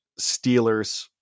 Steelers